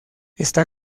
está